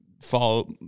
follow